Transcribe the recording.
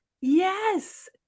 Yes